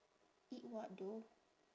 eat what though